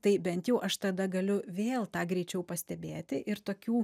tai bent jau aš tada galiu vėl tą greičiau pastebėti ir tokių